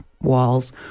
walls